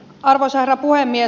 arvoisa herra puhemies